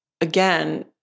again